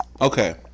okay